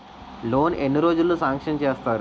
Loan ఎన్ని రోజుల్లో sanction చేస్తారు?